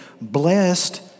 blessed